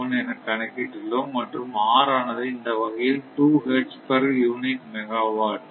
01 என கணக்கிட்டு உள்ளோம் மற்றும் R ஆனது இந்த வகையில் 2 ஹெர்ட்ஸ் பர் யூனிட் மெகாவாட்